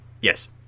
yes